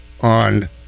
on